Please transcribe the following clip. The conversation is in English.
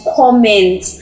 comment